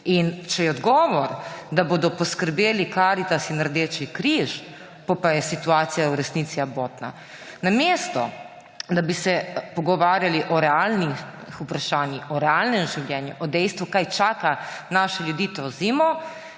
če je odgovor, da bodo poskrbeli Karitas in Rdeči križ, potem pa je situacija v resnici abotna. Namesto da bi se pogovarjali o realnih vprašanjih, o realnem življenju, o dejstvu, kaj čaka naše ljudi to zimo,